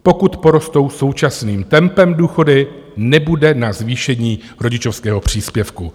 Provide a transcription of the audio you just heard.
Pokud porostou současným tempem důchody, nebude na zvýšení rodičovského příspěvku.